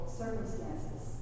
circumstances